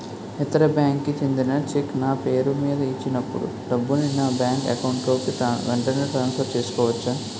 ఇతర బ్యాంక్ కి చెందిన చెక్ నా పేరుమీద ఇచ్చినప్పుడు డబ్బుని నా బ్యాంక్ అకౌంట్ లోక్ వెంటనే ట్రాన్సఫర్ చేసుకోవచ్చా?